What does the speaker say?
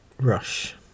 Rush